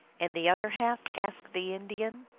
and the other half? asked the indian.